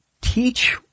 teach